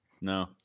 No